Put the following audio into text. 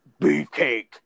beefcake